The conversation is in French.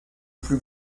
plus